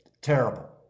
terrible